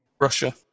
Russia